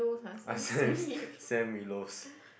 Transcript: ah Sams Sam-Willows